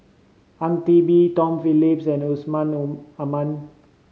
Ang Teck Bee Tom Phillips and Yusman Aman